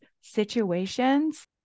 situations